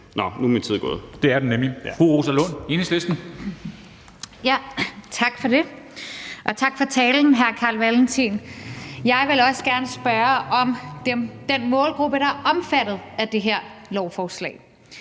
Dam Kristensen): Det er den nemlig. Fru Rosa Lund, Enhedslisten. Kl. 14:23 Rosa Lund (EL): Tak for det, og tak for talen til hr. Carl Valentin. Jeg vil også gerne spørge om den målgruppe, der er omfattet af det her lovforslag,